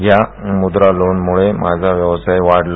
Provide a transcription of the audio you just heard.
या मुद्रा लोनमुळे माझा व्यवसाय वाढला